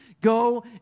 Go